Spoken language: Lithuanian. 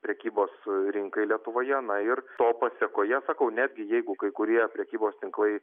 prekybos rinkai lietuvoje na ir to pasekoje sakau netgi jeigu kai kurie prekybos tinklai